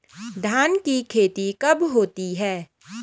धान की खेती कब होती है?